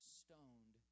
stoned